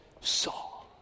saw